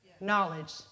knowledge